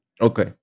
Okay